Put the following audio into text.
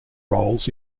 roles